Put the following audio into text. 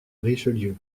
richelieu